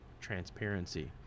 transparency